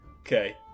Okay